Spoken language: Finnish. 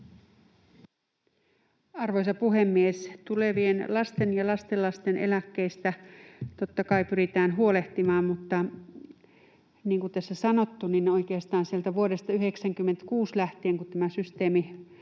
Arvoisa puhemies! Tulevista lasten ja lastenlasten eläkkeistä totta kai pyritään huolehtimaan, mutta niin kuin tässä on sanottu, oikeastaan sieltä vuodesta 96 lähtien, kun tämä systeemi,